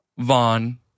Vaughn